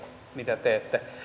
mitä teette